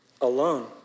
alone